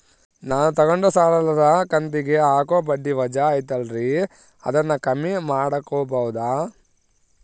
ನಾನು ತಗೊಂಡ ಸಾಲದ ಕಂತಿಗೆ ಹಾಕೋ ಬಡ್ಡಿ ವಜಾ ಐತಲ್ರಿ ಅದನ್ನ ಕಮ್ಮಿ ಮಾಡಕೋಬಹುದಾ?